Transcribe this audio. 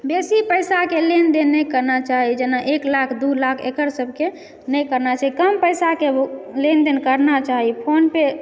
बेसी पैसाके लेनदेन नहि करना चाही जेना एक लाख दू लाख एकर सबके नहि करना चाही कम पैसाके लेनदेन करना चाही फोनपे